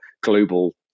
global